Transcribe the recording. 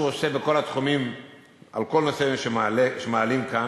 עושה בכל התחומים של כל נושא שמעלים כאן,